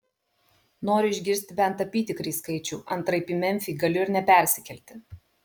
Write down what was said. noriu išgirsti bent apytikrį skaičių antraip į memfį galiu ir nepersikelti